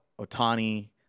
otani